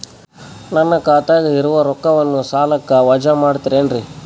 ನನ್ನ ಖಾತಗ ಇರುವ ರೊಕ್ಕವನ್ನು ಸಾಲಕ್ಕ ವಜಾ ಮಾಡ್ತಿರೆನ್ರಿ?